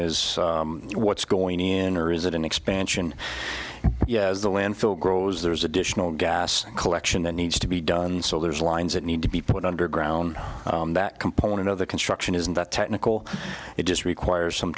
is what's going in or is it an expansion yaz the landfill grows there's additional gas collection that needs to be done so there's lines that need to be put underground that component of the construction isn't that technical it just requires some